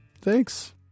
Thanks